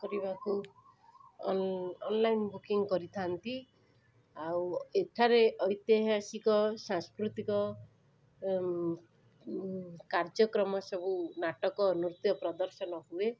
କରିବାକୁ online booking କରିଥାନ୍ତି ଆଉ ଏଠାରେ ଐତିହାସିକ ସାଂସ୍କୃତିକ କାର୍ଯ୍ୟକ୍ରମ ସବୁ ନାଟକ ନୃତ୍ୟ ପ୍ରଦର୍ଶନ ହୁଏ